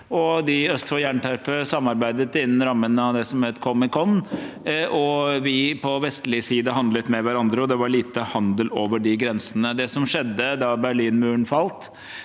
De øst for jernteppet samarbeidet innen rammen av det som het Comecon, vi på vestlig side handlet med hverandre, og det var lite handel over de grensene. Det som skjedde da Berlinmuren falt,